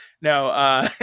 No